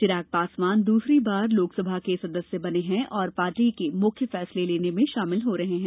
चिराग पासवान दूसरी बार लोकसभा के सदस्य बने हैं और पार्टी के मुख्य फैसले लेने में शामिल रहे हैं